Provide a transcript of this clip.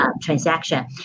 transaction